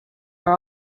are